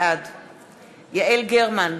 בעד יעל גרמן,